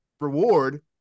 reward